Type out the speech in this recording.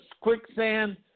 quicksand